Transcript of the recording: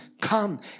come